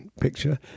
picture